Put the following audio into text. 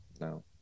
No